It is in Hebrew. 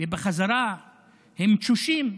ובחזרה הם תשושים.